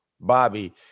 Bobby